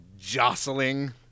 jostling